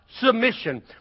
submission